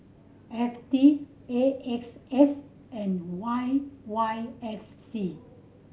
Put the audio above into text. F T A X S and Y Y F C